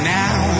now